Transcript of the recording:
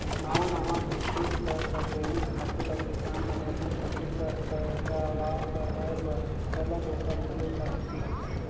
नावा नावा किसिम कर रसइनिक खातू ल किसान मन अपन फसिल कर पएदावार बढ़ाए बर सरलग ओकर उपियोग करत दिखथें